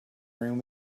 room